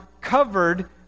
covered